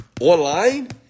online